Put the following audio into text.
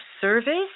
service